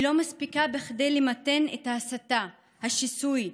היא לא מספיקה כדי למתן את ההסתה, השיסוי,